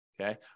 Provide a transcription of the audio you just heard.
Okay